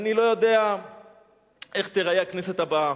אני לא יודע איך תיראה הכנסת הבאה.